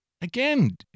Again